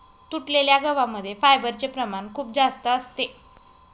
तुटलेल्या गव्हा मध्ये फायबरचे प्रमाण खूप जास्त असते